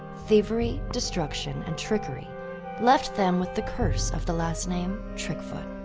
thievery, destruction, and trickery left them with the curse of the last name trickfoot.